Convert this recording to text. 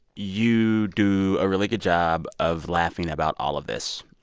you do a really good job of laughing about all of this.